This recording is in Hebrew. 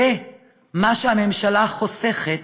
זה מה שהממשלה חוסכת